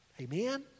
Amen